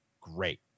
great